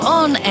on